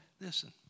Listen